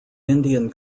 indian